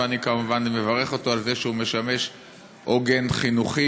ואני כמובן מברך אותו על זה שהוא משמש עוגן חינוכי